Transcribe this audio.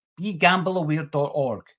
begambleaware.org